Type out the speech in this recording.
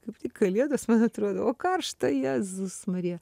kaip kalėdos man atrodo o karšta jėzus marija